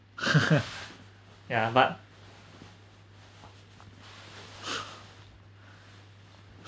ya but